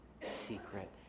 secret